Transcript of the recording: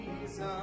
Jesus